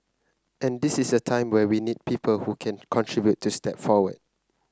and this is a time when we need people who can contribute to step forward